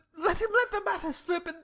let him let the matter slip,